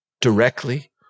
directly